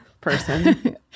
person